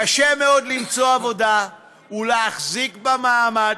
קשה מאוד למצוא עבודה ולהחזיק בה מעמד,